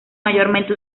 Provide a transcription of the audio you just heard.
mayormente